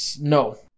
no